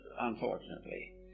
unfortunately